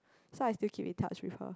so I still keep in touch with her